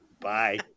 bye